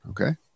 Okay